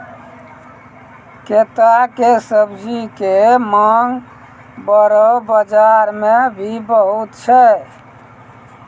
कैता के सब्जी के मांग बड़ो बाजार मॅ भी बहुत छै